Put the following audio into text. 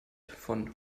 von